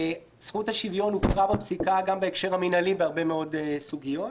זכות השוויון הוכרה בפסיקה גם בהקשר המנהלי בהרבה מאוד סוגיות,